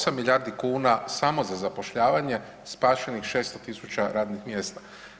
8 milijardi kuna samo za zapošljavanje, spašenih 600 tisuća radnih mjesta.